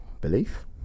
belief